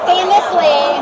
Famously